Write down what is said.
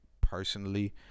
personally